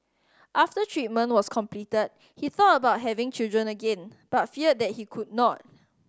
after treatment was completed he thought about having children again but feared that he could not